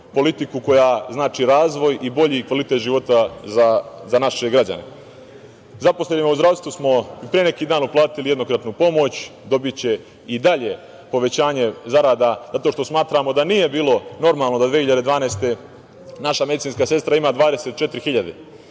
politiku koja znači razvoj i bolji kvalitet života za naše građane. Zaposlenima u zdravstvu smo pre neki dan uplatili jednokratnu pomoć, dobiće i dalje povećanje zarada zato što smatramo da nije bilo normalno da 2012. godine naša medicinska sestra ima 24.000,